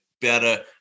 better